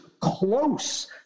close